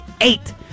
eight